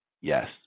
Yes